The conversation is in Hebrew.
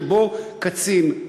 שבו קצין,